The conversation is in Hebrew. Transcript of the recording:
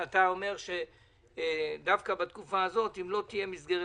ואתה אומר שדווקא בתקופה הזאת אם לא תהיה מסגרת